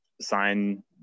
sign